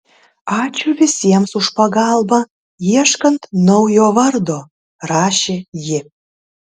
ačiū visiems už pagalbą ieškant naujo vardo rašė ji